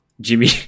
Jimmy